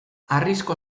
harrizko